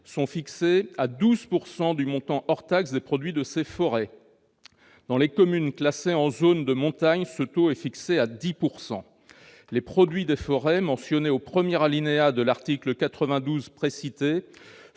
sont fixées à 12 % du montant hors taxe des produits de ces forêts. Dans les communes classées en zone de montagne, ce taux est fixé à 10 %. Les produits des forêts mentionnés au premier alinéa de l'article 92 précité